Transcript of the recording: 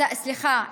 סליחה,